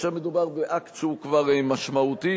כאשר מדובר באקט שהוא כבר משמעותי,